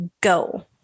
go